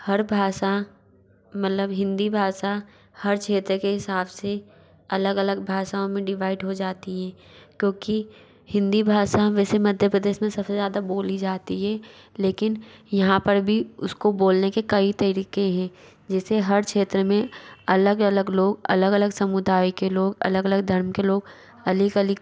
हर भाषा मदलब हिन्दी भाषा हर क्षेत्र के हिसाब से अलग अलग भाषाओं में डीभाईट हो जाती है क्योंकि हिन्दी भाषा वैसे मध्य प्रदेश में सब से ज़्यादा बोली जाती है लेकिन यहाँ पर भी उसको बोलने के कई तरीक़े हैं जैसे हर क्षेत्र में अलग अलग लोग अलग अलग समुदाय के लोग अलग अलग धर्म के लोग अलग अलग